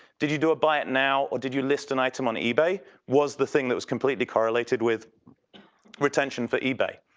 did you do a buy it now or did you list an item on ebay? was the thing that was completely correlated with retention for ebay.